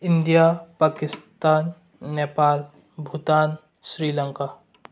India Pakistan Nepal Bhutan Sri Lanka